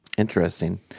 Interesting